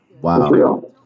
Wow